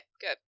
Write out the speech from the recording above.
good